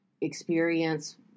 experience